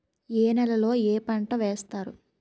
ఏ నేలలో ఏ పంట వేస్తారు?